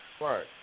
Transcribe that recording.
Right